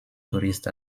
tourist